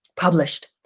published